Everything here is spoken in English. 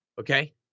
Okay